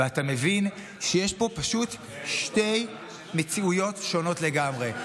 ואתה מבין שיש פה פשוט שתי מציאויות שונות לגמרי.